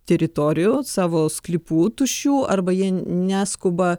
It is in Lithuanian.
teritorijų savo sklypų tuščių arba jie neskuba